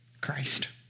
Christ